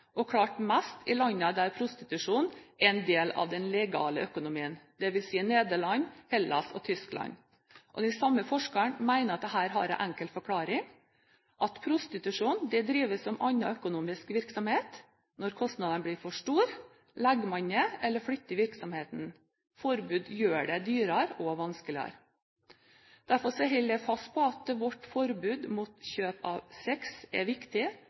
og klart mest i landene der prostitusjon er en del av den legale økonomien, dvs. Nederland, Hellas og Tyskland. Den samme forskeren mener at dette har en enkel forklaring – at prostitusjon drives som annen økonomisk virksomhet; når kostnadene blir for store, legger man ned eller flytter virksomheten, et forbud gjør det dyrere og vanskeligere. Derfor holder jeg fast på at vårt forbud mot kjøp av sex er viktig